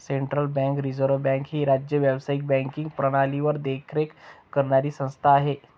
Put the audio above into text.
central bank रिझर्व्ह bank ही राज्य व्यावसायिक बँकिंग प्रणालीवर देखरेख करणारी संस्था आहे